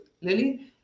Lily